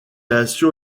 assure